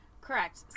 Correct